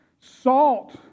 salt